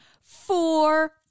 four